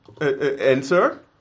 answer